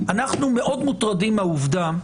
אנחנו מאוד מוטרדים מהעובדה,